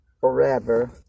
forever